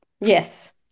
Yes